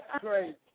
great